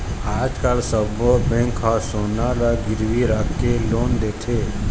आजकाल सब्बो बेंक ह सोना ल गिरवी राखके लोन देथे